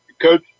coach